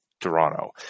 Toronto